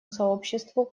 сообществу